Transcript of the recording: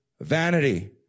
Vanity